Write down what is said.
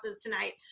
tonight